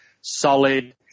solid